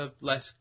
less